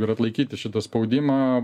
ir atlaikyti šitą spaudimą